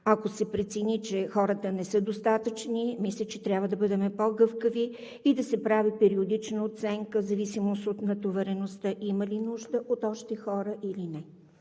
Ако се прецени, че хората не са достатъчни, мисля, че трябва да бъдем по-гъвкави и да се прави периодична оценка в зависимост от натовареността – има ли нужда от още хора или не.